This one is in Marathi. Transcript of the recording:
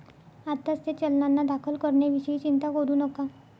आत्ताच त्या चलनांना दाखल करण्याविषयी चिंता करू नका